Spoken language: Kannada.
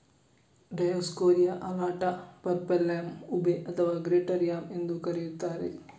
ಡಯೋಸ್ಕೋರಿಯಾ ಅಲಾಟಾ, ಪರ್ಪಲ್ಯಾಮ್, ಉಬೆ ಅಥವಾ ಗ್ರೇಟರ್ ಯಾಮ್ ಎಂದೂ ಕರೆಯುತ್ತಾರೆ